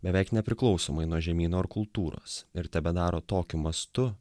beveik nepriklausomai nuo žemyno ar kultūros ir tebedaro tokiu mastu